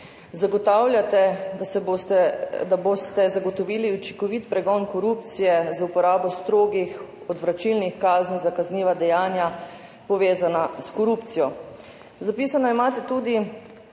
Zagotavljate, da boste zagotovili učinkovit pregon korupcije z uporabo strogih odvračilnih kazni za kazniva dejanja, povezana s korupcijo. Zapisano imate tudi,